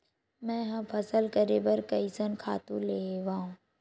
मैं ह फसल करे बर कइसन खातु लेवां?